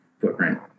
footprint